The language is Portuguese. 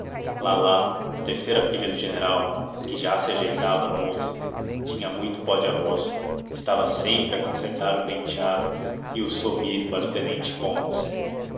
lalá a terceira filha do general que já se ajeitava a moça tinha muito pó dearroz estava sempre a concertar o penteado e a sorrir para o tenente fontes